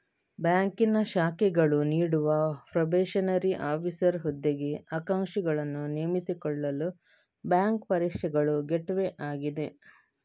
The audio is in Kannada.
ಬ್ಯಾಂಕಿನ ಶಾಖೆಗಳು ನೀಡುವ ಪ್ರೊಬೇಷನರಿ ಆಫೀಸರ್ ಹುದ್ದೆಗೆ ಆಕಾಂಕ್ಷಿಗಳನ್ನು ನೇಮಿಸಿಕೊಳ್ಳಲು ಬ್ಯಾಂಕು ಪರೀಕ್ಷೆಗಳು ಗೇಟ್ವೇ ಆಗಿದೆ